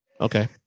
Okay